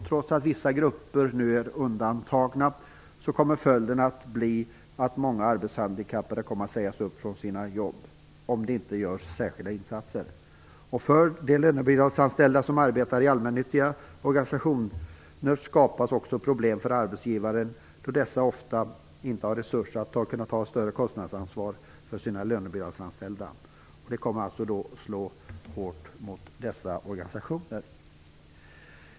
Trots att vissa grupper nu undantas kommer följden att bli att många arbetshandikappade sägs upp från sina jobb, om inte särskilda insatser görs. För de lönebidragsanställda som arbetar i allmännyttiga organisationer skapas också problem för arbetsgivarna då dessa ofta inte har resurser att ta större kostnadsansvar för sina lönebidragsanställda. Detta kommer alltså att slå hårt mot dessa organisationer.